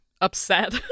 upset